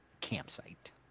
campsite